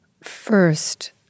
First